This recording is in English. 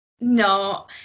No